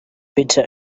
bitter